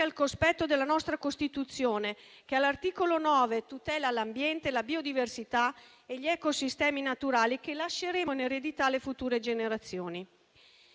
al cospetto della nostra Costituzione, che all'articolo 9 tutela l'ambiente, la biodiversità e gli ecosistemi naturali che lasceremo in eredità alle future generazioni.